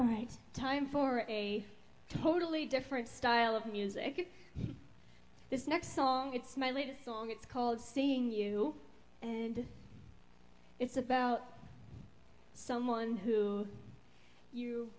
right time for a totally different style of music this next song it's my latest song it's called seeing you and it's about someone who you